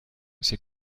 c’est